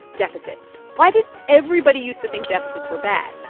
deficits. why did everybody used to think deficits were bad,